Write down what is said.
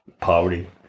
Poverty